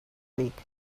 week